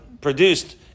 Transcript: produced